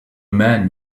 man